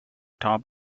top